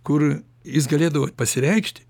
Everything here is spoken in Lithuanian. kur jis galėdavo pasireikšti